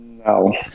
no